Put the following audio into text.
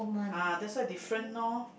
ah that's why different lor